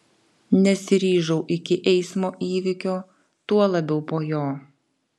nesiryžau iki eismo įvykio tuo labiau po jo